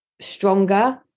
stronger